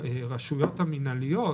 הרשויות המינהליות,